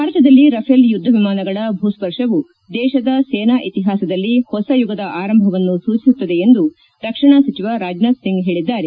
ಭಾರತದಲ್ಲಿ ರಫೇಲ್ ಯುದ್ಧ ವಿಮಾನಗಳ ಭೂಸ್ವರ್ಶವು ದೇಶದ ಸೇನಾ ಇತಿಹಾಸದಲ್ಲಿ ಹೊಸ ಯುಗದ ಆರಂಭವನ್ನು ಸೂಚಿಸುತ್ತದೆ ಎಂದು ರಕ್ಷಣಾ ಸಚಿವ ರಾಜನಾಥ್ ಸಿಂಗ್ ಪೇಳಿದ್ದಾರೆ